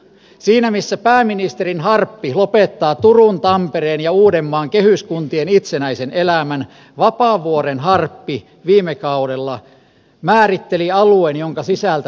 siinä missä pääministerin harppi lopettaa turun tampereen ja uudenmaan kehyskuntien itsenäisen elämän vapaavuoren harppi viime kaudella määritteli alueen jonka sisältä palveluja saa